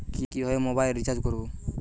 কিভাবে mobile recharge করব?